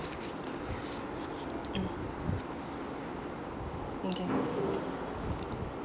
mm okay